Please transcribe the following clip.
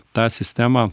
tą sistemą